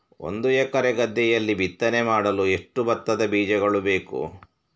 ಒಂದು ಎಕರೆ ಗದ್ದೆಯಲ್ಲಿ ಬಿತ್ತನೆ ಮಾಡಲು ಎಷ್ಟು ಭತ್ತದ ಬೀಜಗಳು ಬೇಕು?